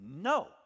no